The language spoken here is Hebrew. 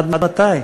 עד מתי?